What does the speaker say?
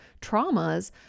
traumas